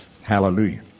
Hallelujah